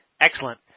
excellent